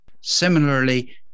Similarly